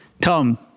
tom